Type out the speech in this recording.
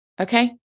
okay